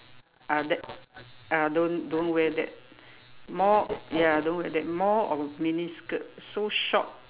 ah that ah don't don't wear that more ya don't wear that more of miniskirt so short